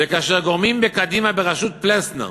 וכאשר גורמים בקדימה בראשות פלסנר